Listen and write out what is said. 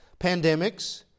Pandemics